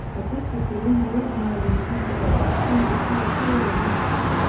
but this was the only organizing principle that extended territorial unity.